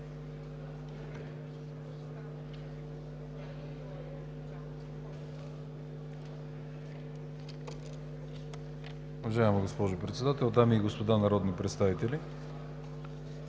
дами и господа народни представители!